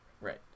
Right